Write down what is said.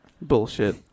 Bullshit